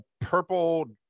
purple